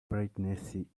pregnancy